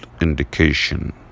indication